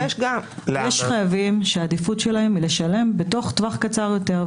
יש חייבים שהעדיפות שלהם היא לשלם בתוך טווח קצר יותר,